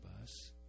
bus